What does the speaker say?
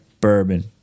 bourbon